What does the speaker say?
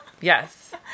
Yes